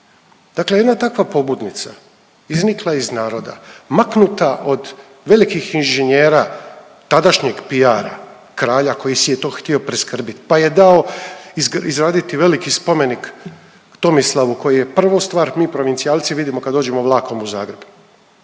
Dakle jedna takva pobudnica iznikla je iz naroda, maknuta od velikih inženjera tadašnjeg PR-a, kralja koji si je to htio priskrbit, pa je dao izraditi veliki spomenik Tomislavu koji je, prvu stvar mi provincijalci vidimo kad dođemo vlakom u Zagreb,